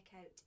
out